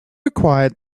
required